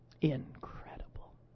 incredible